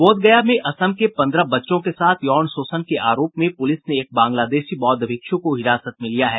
बोधगया में असम के पन्द्रह बच्चों के साथ यौन शोषण के आरोप में पूलिस ने एक बंगलादेशी बोद्ध भिक्षु को हिरासत में लिया है